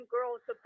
Girls